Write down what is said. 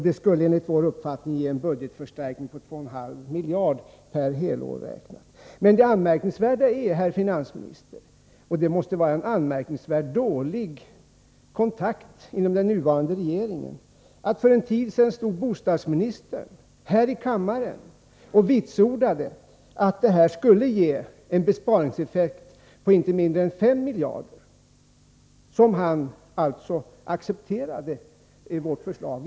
Det skulle enligt vår uppfattning ge en budgetförstärkning på 2,5 miljarder kronor per helår räknat. Det måste, herr finansminister, vara en anmärkningsvärt dålig kontakt inom den nuvarande regeringen. För en tid sedan stod nämligen bostadsministern här i kammaren och vitsordade att detta skulle ge en besparingseffekt på inte mindre än 5 miljarder. Han accepterade alltså beräkningarna i vårt förslag.